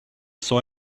saw